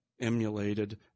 emulated